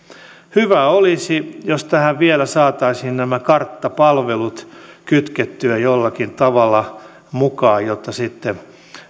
hyvä olisi jos tähän vielä saataisiin nämä karttapalvelut kytkettyä jollakin tavalla mukaan jotta sitten